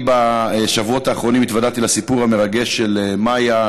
בשבועות האחרונים התוודעתי לסיפור המרגש של מאיה,